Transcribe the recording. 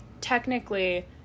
technically